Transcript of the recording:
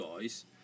guys